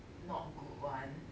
not good one